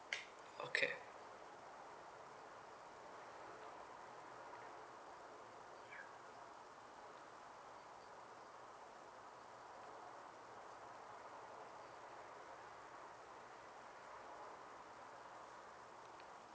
okay